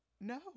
no